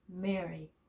Mary